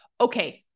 Okay